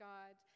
God